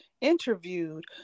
interviewed